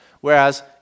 whereas